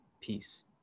peace